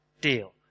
Deal